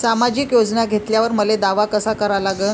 सामाजिक योजना घेतल्यावर मले दावा कसा करा लागन?